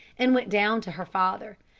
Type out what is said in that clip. and went down to her father.